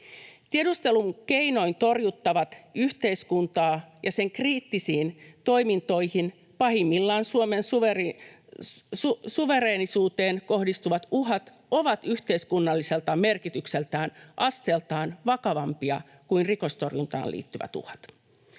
Tiedustelun keinoin torjuttavat yhteiskuntaan ja sen kriittisiin toimintoihin — pahimmillaan Suomen suvereenisuuteen — kohdistuvat uhat ovat yhteiskunnalliselta merkitykseltään asteeltaan vakavampia kuin rikostorjuntaan liittyvät uhat.